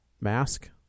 mask